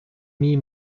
мій